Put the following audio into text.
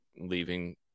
leaving